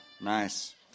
Nice